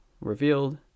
revealed